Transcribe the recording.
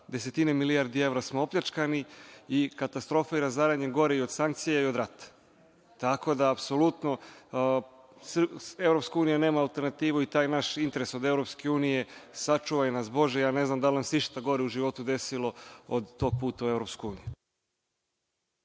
desetine milijardi evra smo opljačkani i katastrofa i razaranje gore i od sankcija i od rata. Tako da, apsolutno EU nema alternativu, i taj naš interes od EU sačuvaj nas bože, ja ne znam da li nam se išta gore u životu desilo od tog puta u EU.